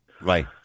Right